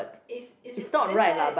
is is that's why